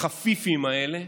החפיפיים האלה,